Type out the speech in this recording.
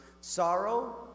sorrow